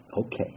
okay